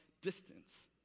distance